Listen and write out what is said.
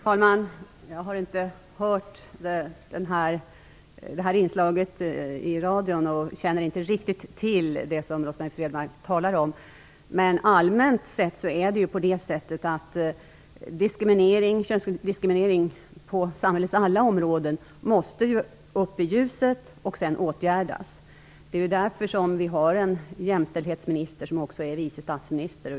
Fru talman! Jag har inte hört det här inslaget i radion och känner inte riktigt till det som Rose-Marie Frebran talar om. Allmänt sett måste könsdiskriminering på samhällets alla områden tas upp i ljuset och sedan åtgärdas. Vi har ju en jämställdhetsminister som också är vice statsminister.